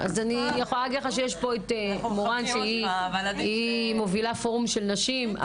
אז אני יכולה להגיד לך שיש פה את מורן שהיא מובילה פורום של נשים.